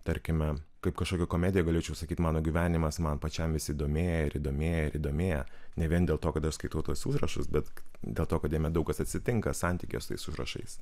tarkime kaip kažkokia komedija galėčiau sakyti mano gyvenimas man pačiam vis įdomėja ir įdomėja ir įdomėja ne vien dėl to kad aš skaitau tuos užrašus bet dėl to kad jame daug kas atsitinka santykyje su tais užrašais